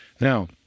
Now